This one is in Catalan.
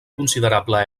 considerable